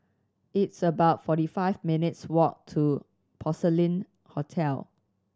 it's about forty five minutes' walk to Porcelain Hotel